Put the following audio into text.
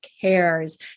cares